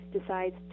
decides